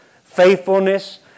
faithfulness